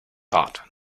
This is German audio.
raten